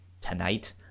tonight